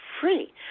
Free